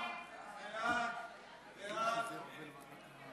ועדת החוקה.